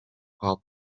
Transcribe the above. pulp